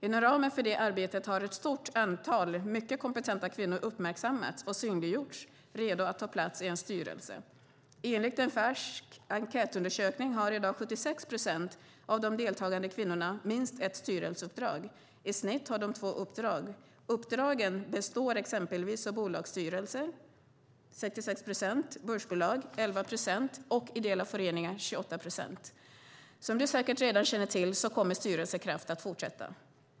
Inom ramen för det arbetet har ett stort antal mycket kompetenta kvinnor redo att ta plats i en styrelse uppmärksammats och synliggjorts. Enligt en färsk enkätundersökning har i dag 76 procent av de deltagande kvinnorna minst ett styrelseuppdrag. I snitt har de två uppdrag. Uppdragen består exempelvis av bolagsstyrelser, 66 procent, börsbolag, 11 procent, och ideella föreningar, 28 procent. Som interpellanten säkert redan känner till kommer Styrelsekraft att fortsätta.